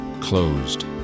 closed